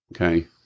okay